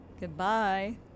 Goodbye